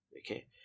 Okay